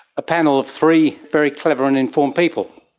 a panel of three very clever and informed people.